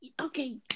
Okay